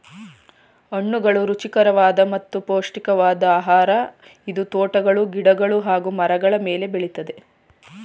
ಹಣ್ಣುಗಳು ರುಚಿಕರವಾದ ಮತ್ತು ಪೌಷ್ಟಿಕವಾದ್ ಆಹಾರ ಇದು ತೋಟಗಳು ಗಿಡಗಳು ಹಾಗೂ ಮರಗಳ ಮೇಲೆ ಬೆಳಿತದೆ